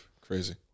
crazy